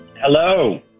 Hello